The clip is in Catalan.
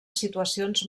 situacions